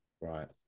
Right